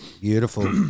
Beautiful